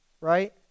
right